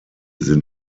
sind